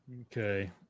Okay